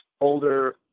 older